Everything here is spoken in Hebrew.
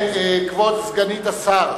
כבוד סגנית השר